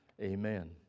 amen